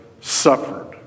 suffered